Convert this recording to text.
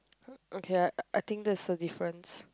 okay I I think there is a difference